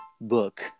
book